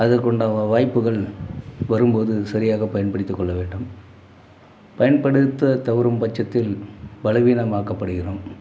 அதற்கு உண்டான வாய்ப்புகள் வரும்போது சரியாக பயன்படுத்திக் கொள்ள வேண்டும் பயன்படுத்த தவறும் பட்சத்தில் பலவீனமாக்கப்படுகிறோம்